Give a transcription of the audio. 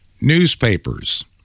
Newspapers